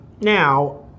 Now